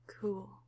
cool